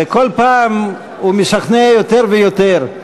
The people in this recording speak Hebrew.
וכל פעם הוא משכנע יותר ויותר.